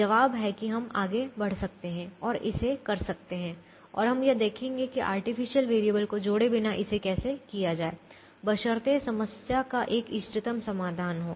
जवाब है कि हम आगे बढ़ सकते हैं और इसे कर सकते हैं और हम यह देखेंगे कि आर्टिफिशियल वेरिएबल को जोड़े बिना इसे कैसे किया जाए बशर्ते समस्या का एक इष्टतम समाधान हो